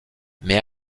mais